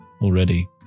already